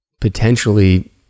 potentially